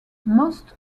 most